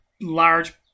large